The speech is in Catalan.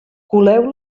coleu